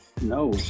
no